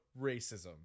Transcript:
racism